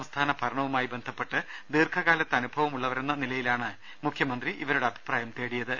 സംസ്ഥാന ഭരണവുമായി ബന്ധപ്പെട്ട് ദീർഘകാലത്തെ അനുഭവം ഉള്ളവരെന്ന നിലയിലാണ് മുഖ്യമന്ത്രി ഇവരുടെ അഭിപ്രായം തേടിയത്